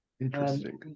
interesting